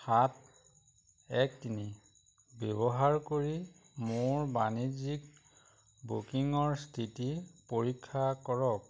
সাত এক তিনি ব্যৱহাৰ কৰি মোৰ বাণিজ্যিক বুকিঙৰ স্থিতি পৰীক্ষা কৰক